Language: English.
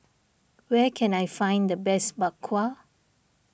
where can I find the best Bak Kwa